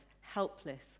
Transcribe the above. helpless